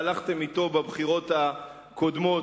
והלכתם אתו בבחירות הקודמות.